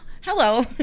Hello